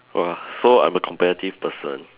!whoa! so I'm a competitive person